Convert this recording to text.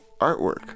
artwork